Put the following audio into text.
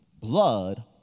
Blood